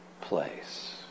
place